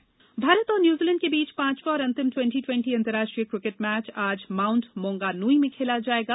cricket Bharat और New Zealand के बीच पांचवा और अंतिम ट्वेंटी ट्वेंटी अंतरर्राष्ट्रीय किकेट मैच आज माउंट मौंगानुई में खेला जाएगा